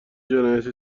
جنایت